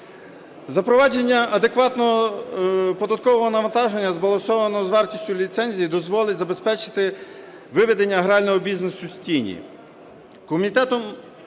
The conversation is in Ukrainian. Запровадження адекватного податкового навантаження, збалансованого з вартістю ліцензії, дозволить забезпечити виведення грального бізнесу з тіні.